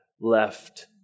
left